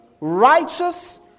righteous